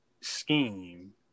scheme